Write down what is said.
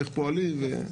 איך פועלים וכולי.